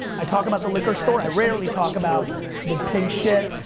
i talk about the liquor store. i rarely talk about the pig shit,